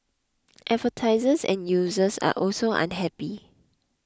advertisers and users are also unhappy